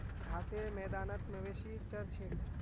घासेर मैदानत मवेशी चर छेक